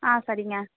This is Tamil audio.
ஆ சரிங்க